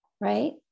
right